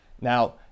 Now